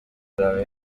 aha